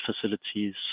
facilities